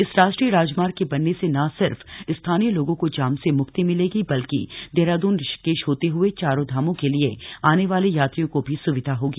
इस राष्ट्रीय राजमार्ग के बनने से ना सिर्फ स्थानीय लोगों को जाम से म्क्ति मिलेगी बल्कि देहरादून ऋषिकेश होते हुए चारों धामों के लिए आने वाले यात्रियों को भी स्विधा होगी